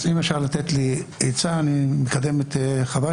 אם אפשר לתת עצה אני מקדם את חבריי